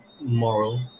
moral